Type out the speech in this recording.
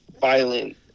violent